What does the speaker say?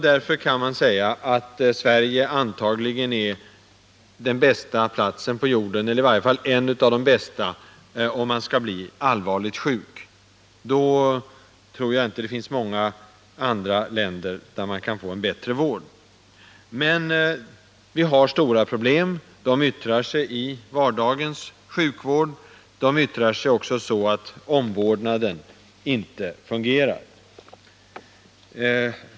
Därför kan man säga att Sverige antagligen är den bästa platsen på jorden — eller i varje fall en av de bästa — om man skall bli allvarligt sjuk. Då tror jag inte att det finns många andra länder där man kan få en bättre vård. Men vi har stora problem. De yttrar sig i vardagens sjukvård. De visar sig genom att omvårdnaden inte fungerar.